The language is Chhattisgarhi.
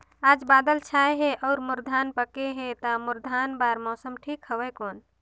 आज बादल छाय हे अउर मोर धान पके हे ता मोर धान बार मौसम ठीक हवय कौन?